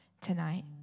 tonight